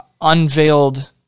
unveiled